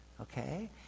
okay